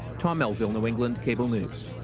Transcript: tom melville, new england cable news.